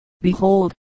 behold